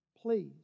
Please